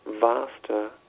vaster